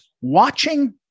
watching